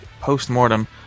post-mortem